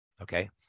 okay